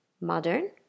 Modern